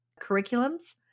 curriculums